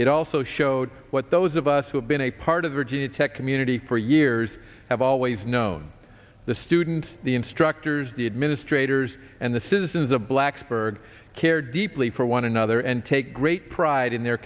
it also showed what those of us who have been a part of the g tech community for years have always known the student the instructors the administered leaders and the citizens of blacksburg care deeply for one another and take great pride in their